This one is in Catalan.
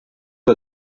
que